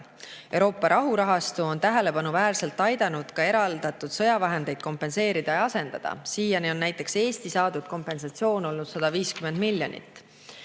Euroopa rahurahastu on tähelepanuväärselt aidanud ka eraldatud sõjavahendeid kompenseerida ja asendada. Siiani on näiteks Eesti saadud kompensatsioon olnud 150 miljonit.